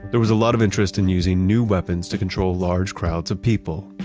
there was a lot of interest in using new weapons to control large crowds of people.